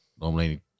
normally